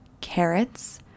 carrots